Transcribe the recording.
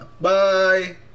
Bye